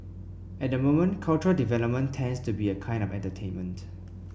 at the moment cultural development tends to be a kind of entertainment